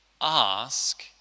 Ask